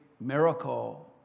miracle